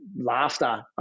laughter